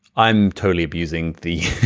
i'm totally abusing the,